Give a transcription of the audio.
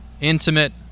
intimate